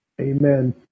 Amen